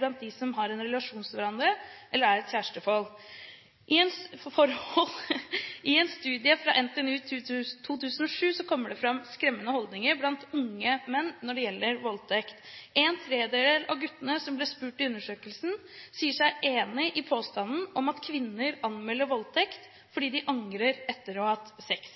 blant dem som har en relasjon til hverandre, eller er i et kjæresteforhold. I en studie fra NTNU i 2007 kommer det fram skremmende holdninger blant unge menn når det gjelder voldtekt. En tredjedel av guttene som ble spurt i undersøkelsen, sier seg enig i påstanden om at kvinner anmelder voldtekt fordi de angrer etter å ha hatt sex.